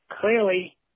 clearly